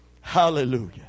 Hallelujah